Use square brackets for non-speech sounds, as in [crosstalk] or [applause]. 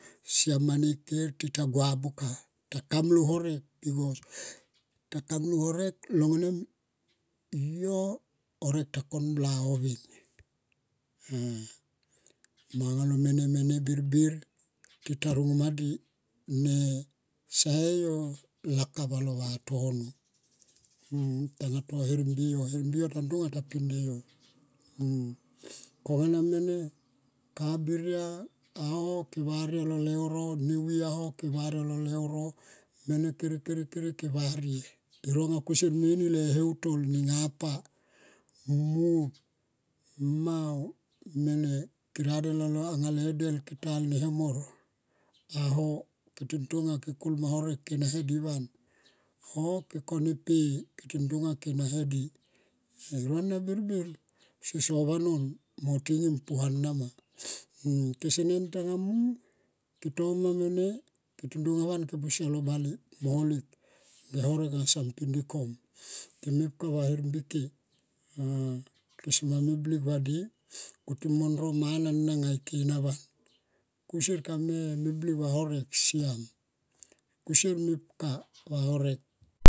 Slam ma ne ker tita gua buka tita gua buka tita kam lo horek bikos takam lo horek long wanem yo horek ta kon bla oveng ah. Mo anga lo mene mene birbir tita ringo ma di ne sae yo lakap alo vaton tangato her mbiyo. Her mbi yo ta tonga to pindle yo [noise] konga na mene kabiria a ho aunga lo leuro, nevi aho ke varie anga lo leuro mene kere kere ke varie e ronga kusier me ini le heu tor ne nga pa, muop bung mau mene. Ke radel anga le de ke talo ne hemor aho. Ketin tonga ke kol ma horek ke naha di van oh ke koni e pe ketin tonga ke na he di. E rona birbir seso vanon mo tingim puana ma [noise] kesen tanga mung ke toma mene ketin tonga van ke posle anga lo bale mo lek ge horek anga son pinde kom [noise] ke mepka va her mbike ah ke sema meblik va di [noise] kuti mo nro mana na ina van. Kusrer ka me blik va horek slam kusier mepka va horek.